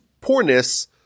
poorness